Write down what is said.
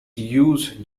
used